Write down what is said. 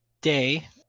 Day